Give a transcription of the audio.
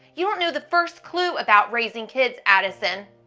you don't know the first clue about raising kids, addison.